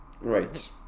Right